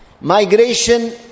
Migration